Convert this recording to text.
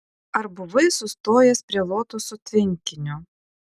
ar buvai sustojęs prie lotosų tvenkinio